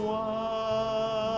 one